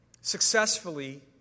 successfully